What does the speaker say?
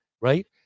Right